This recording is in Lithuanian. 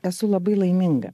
esu labai laiminga